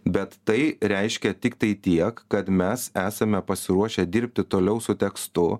bet tai reiškia tiktai tiek kad mes esame pasiruošę dirbti toliau su tekstu